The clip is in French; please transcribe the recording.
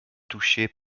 touchées